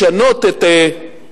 לשנות את,